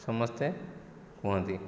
ସମସ୍ତେ କୁହନ୍ତି